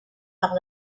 par